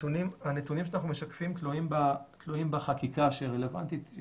הנתונים שאנחנו משקפים תלויים בחקיקה שרלוונטית.